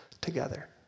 together